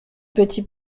petit